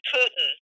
Putin